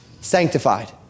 sanctified